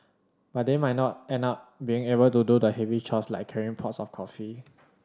but they might not and not be able to do the heavy chores like carrying pots of coffee